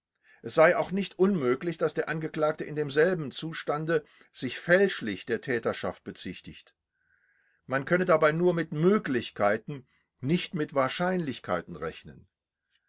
es sei auch nicht unmöglich daß der angeklagte in demselben zustande sich fälschlich der täterschaft bezichtigt man könne dabei nur mit möglichkeiten nicht mit wahrscheinlichkeiten rechnen